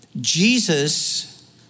jesus